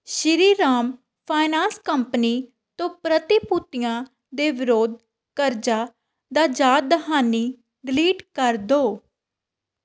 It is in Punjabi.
ਸ਼੍ਰੀਰਾਮ ਫਾਇਨਾਂਸ ਕੰਪਨੀ ਤੋਂ ਪ੍ਰਤੀਭੂਤੀਆਂ ਦੇ ਵਿਰੋਧ ਕਰਜ਼ਾ ਦਾ ਯਾਦ ਦਹਾਨੀ ਡਲੀਟ ਕਰ ਦਿਉ